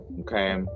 Okay